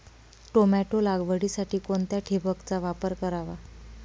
Tomato लागवडीसाठी कोणत्या ठिबकचा वापर करावा?